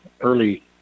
early